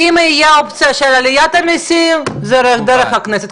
אבל בנקודת הזמן הזאת בדבר המלאכותי הזה שהם בונים עכשיו,